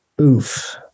Oof